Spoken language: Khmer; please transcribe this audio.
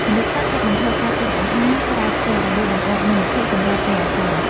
មនុស្សខ្លះកាត់បន្ថយការទិញអាហារក្រៅផ្ទះដើម្បីបង្កើតមូលនិធិសម្រាប់ពេលអាសន្ន។